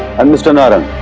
and mr. narang.